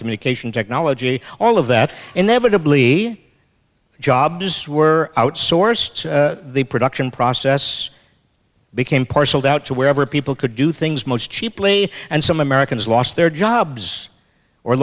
communication technology all of that inevitably jobs were outsourced the production process became parceled out to wherever people could do things most cheaply and some americans lost their jobs or